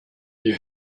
you